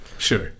Sure